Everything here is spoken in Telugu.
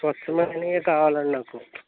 స్వచ్ఛమైనవి కావాలండి నాకు